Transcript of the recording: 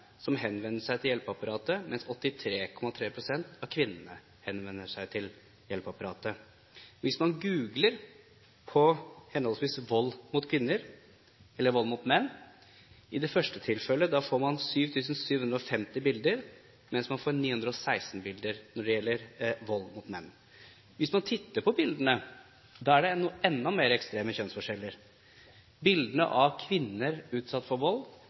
som henvender seg til hjelpeapparatet, mens 83,3 pst. av kvinnene henvender seg til hjelpeapparatet. Hvis man googler henholdsvis «vold mot kvinner» og «vold mot menn», vil man i det første tilfellet få opp 7 750 bilder, mens man får 916 bilder når det gjelder vold mot menn. Hvis man titter på bildene, er det enda mer ekstreme kjønnsforskjeller. På bildene av kvinner utsatt for vold